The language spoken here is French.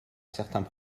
certains